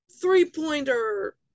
Three-pointer